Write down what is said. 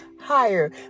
higher